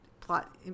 plot